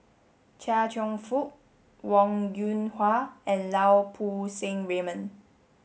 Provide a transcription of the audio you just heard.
Chia Cheong Fook Wong Yoon Wah and Lau Poo Seng Raymond